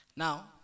Now